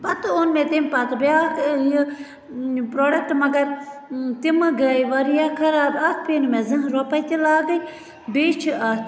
پَتہٕ اوٚن مےٚ تٔمۍ پَتہٕ بیٛاکھ یہِ پرٛوڈَکٹہٕ مگر تِمہٕ گٔیہِ واریاہ خَراب اتھ پیٚیہِ مےٚ زانٛہہ رۄپے تہِ لاگٕنۍ بیٚیہِ چھِ اَتھ